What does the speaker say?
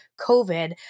COVID